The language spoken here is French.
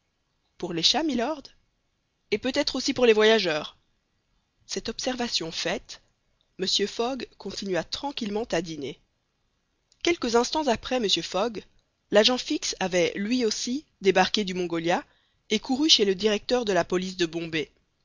pour les chats mylord et peut-être aussi pour les voyageurs cette observation faite mr fogg continua tranquillement à dîner quelques instants après mr fogg l'agent fix avait lui aussi débarqué du mongolia et couru chez le directeur de la police de bombay